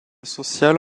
sociale